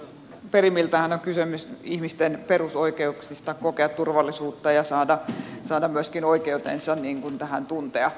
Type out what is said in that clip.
perimmiltäänhän on kyse myös ihmisten perusoikeuksista oikeudesta kokea turvallisuutta ja saada myöskin oikeutensa tähän tuntea